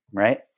Right